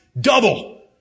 double